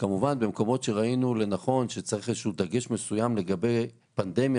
כמובן במקומות שראינו לנכון שצריך איזה דגש מסוים לגבי פנדמיה,